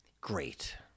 Great